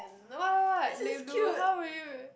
and what what what how would you